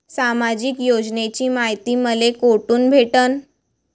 सामाजिक योजनेची मायती मले कोठून भेटनं?